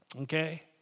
okay